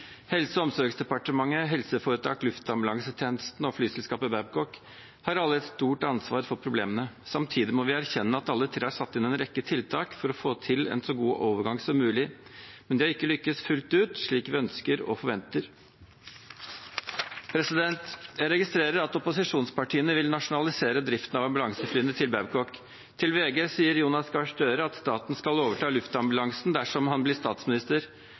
Helse- og omsorgsdepartementet, helseforetaket Luftambulansetjenesten og flyselskapet Babcock har alle et stort ansvar for problemene. Samtidig må vi erkjenne at alle tre har satt inn en rekke tiltak for å få til en så god overgang som mulig. De har ikke lyktes fullt ut, slik som vi ønsker og forventer. Jeg registrerer at opposisjonspartiene vil nasjonalisere driften av Babcocks ambulansefly. Til VG sier Jonas Gahr Støre at staten skal overta luftambulansen dersom han blir statsminister.